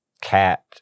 Cat